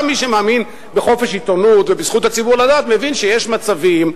גם מי שמאמין בחופש עיתונות ובזכות הציבור לדעת מבין שיש מצבים,